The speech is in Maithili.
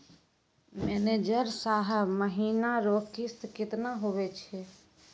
मैनेजर साहब महीना रो किस्त कितना हुवै छै